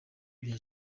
bya